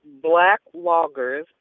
blackloggers